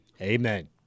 amen